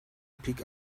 pick